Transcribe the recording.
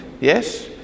yes